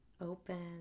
Open